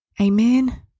Amen